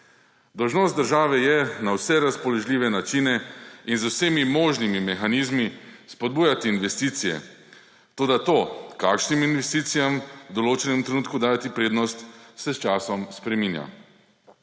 Dolžnost države je na vse razpoložljive načine in z vsemi možnimi mehanizmi spodbujati investicije. Toda to, kakšnim investicijam v določenem trenutku dajati prednost, se s časom spreminja.